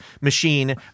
machine